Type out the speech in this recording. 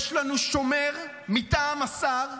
יש לנו שומר מטעם השר,